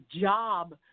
job